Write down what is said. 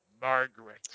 Margaret